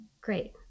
Great